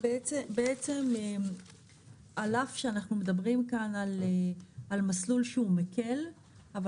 בעצם על אף שאנחנו מדברים כאן על מסלול שהוא מקל אבל